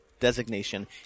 designation